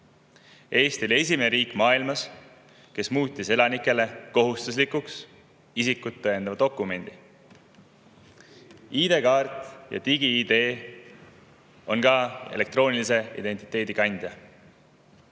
Eesti oli esimene riik maailmas, kes muutis elanikele kohustuslikuks isikut tõendava dokumendi, ID‑kaardi ja digi‑ID, mis on ka elektroonilise identiteedi